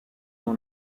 dans